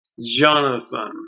Jonathan